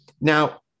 Now